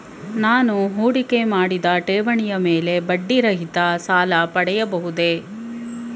ನಾನು ಹೂಡಿಕೆ ಮಾಡಿದ ಠೇವಣಿಯ ಮೇಲೆ ಬಡ್ಡಿ ರಹಿತ ಸಾಲ ಪಡೆಯಬಹುದೇ?